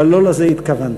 אבל לא לזה התכוונתי.